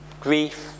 grief